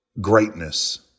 greatness